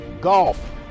golf